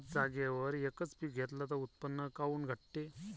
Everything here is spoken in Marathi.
थ्याच जागेवर यकच पीक घेतलं त उत्पन्न काऊन घटते?